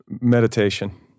Meditation